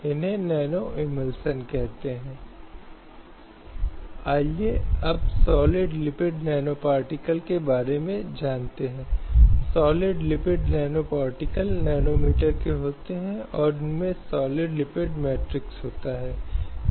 इसलिए इसलिए गोथम कुंडू बनाम पश्चिम बंगाल राज्य 1993 में ऐसे पैरामीटर निर्धारित किए गए थे जब इस तरह के पितृत्व परीक्षणों की अनुमति दी जा सकती है और इसका बच्चे के हितों के साथ अधिक लेना देना है